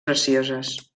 precioses